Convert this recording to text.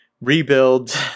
rebuild